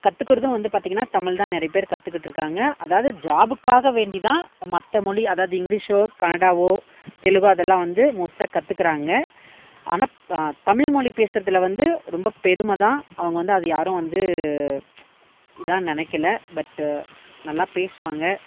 கத்துக்கிறதும் வந்து பார்த்தீங்கன்னா தமிழ் தான் நிறைய பேர் கற்றுக்கிட்டுருக்காங்க அதாவது ஜாபுக்காக வேண்டி தான் மற்ற மொழி அதாவது இங்லீஷோ கன்னடாவோ தெலுங்கோ அதெல்லாம் வந்து மோஸ்ட்டாக கத்துக்கிறாங்க ஆனால் தமிழ் மொழி பேசுகிறதுல வந்து ரொம்பப் பெருமை தான் அவங்க வந்து அது யாரும் வந்து இதா நினைக்கல பட்டு நல்லாப் பேசுவாங்கள்